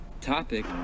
topic